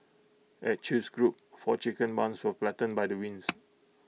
at chew's group four chicken barns were flattened by the winds